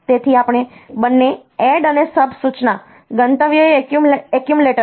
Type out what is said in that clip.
તેથી આપણે બંને ADD અને SUB સૂચના ગંતવ્ય એ એક્યુમ્યુલેટર છે